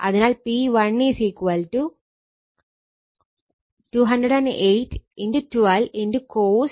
അതിനാൽ P1 208 × 12 × cos 30o 36